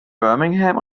birmingham